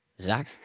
Zach